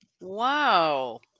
wow